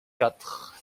quatre